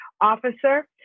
officer